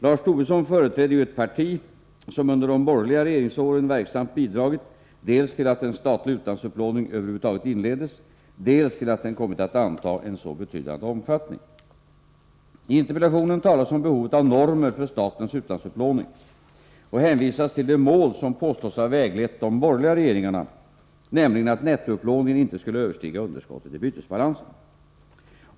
Lars Tobisson företräder ju ett parti som under de borgerliga regeringsåren verksamt bidragit dels till att en statlig utlandsupplåning över huvud taget inleddes, dels till att den kommit att anta en så betydande omfattning. T interpellationen talas om behovet av normer för statens utlandsupplåning och hänvisas till det mål som påstås ha väglett de borgerliga regeringarna, nämligen att nettoupplåningen inte skulle överstiga underskottet i bytesbalansen.